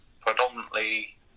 predominantly